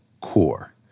core